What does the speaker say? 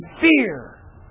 fear